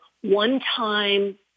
one-time